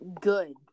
Good